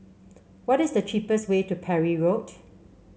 what is the cheapest way to Parry Road